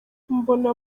mbona